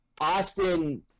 Austin